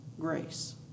grace